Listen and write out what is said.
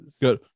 Good